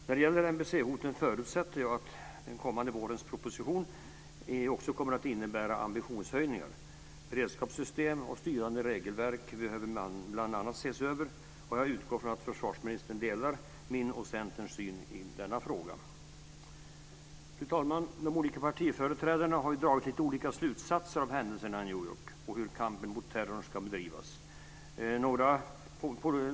När det gäller NBC-hoten förutsätter jag att den kommande vårens proposition också kommer att innebära ambitionshöjningar. Bl.a. beredskapssystem och styrande regelverk behöver ses över. Jag utgår från att försvarsministern delar min och Centerns syn i denna fråga. Fru talman! De olika partiföreträdarna har dragit lite olika slutsatser av händelserna i New York och hur kampen mot terrorn ska bedrivas.